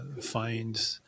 find